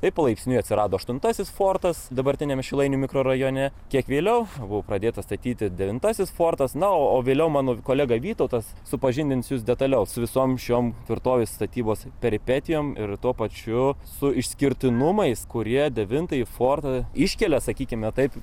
taip palaipsniui atsirado aštuntasis fortas dabartiniame šilainių mikrorajone kiek vėliau buvo pradėtas statyti devintasis fortas na o vėliau mano kolega vytautas supažindins jus detaliau su visom šiom tvirtovės statybos peripetijom ir tuo pačiu su išskirtinumais kurie devintąjį fortą iškelia sakykime taip